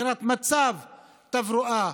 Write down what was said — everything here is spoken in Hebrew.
מבחינת מצב תברואה,